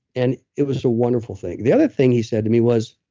and it was a wonderful thing. the other thing he said to me was,